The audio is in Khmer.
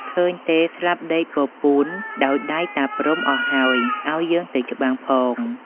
ឃើញទេ ស្លាប់ដេកពពួនដោយដៃតាព្រហ្មអស់ហើយ ឱ្យយើងទៅច្បាំងផង។